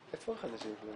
אנא נמק את הרביזיה הראשונה,